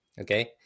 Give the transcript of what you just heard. okay